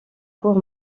court